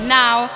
now